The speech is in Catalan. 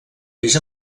peix